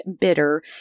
bitter